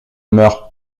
meurt